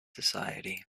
society